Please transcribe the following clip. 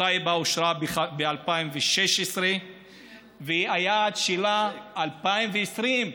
טייבה אושרה ב-2016 והיעד שלה 2020,